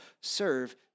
serve